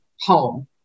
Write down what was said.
home